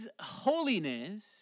holiness